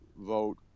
vote